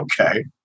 Okay